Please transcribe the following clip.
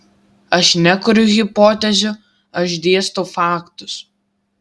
aš nekuriu hipotezių aš dėstau faktus